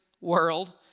world